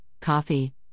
coffee